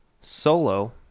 Solo